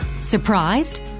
Surprised